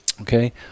Okay